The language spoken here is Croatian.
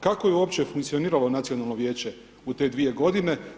Kako je uopće funkcioniralo Nacionalno vijeće u te dvije godine?